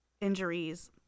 injuries